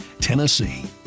Tennessee